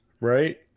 right